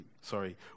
sorry